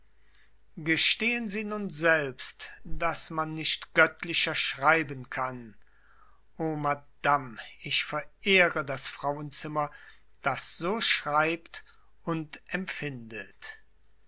gestehen sie nun selbst daß man nicht göttlicher schreiben kann o madame ich verehre das frauenzimmer das so schreibt und empfindet